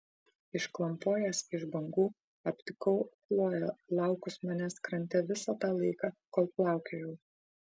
išklampojęs iš bangų aptikau chloję laukus manęs krante visą tą laiką kol plaukiojau